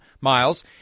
Miles